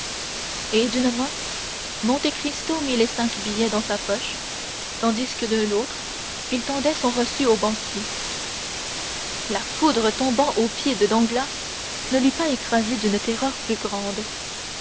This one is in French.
et d'une main monte cristo mit les cinq billets dans sa poche tandis que de l'autre il tendait son reçu au banquier la foudre tombant aux pieds de danglars ne l'eût pas écrasé d'une terreur plus grande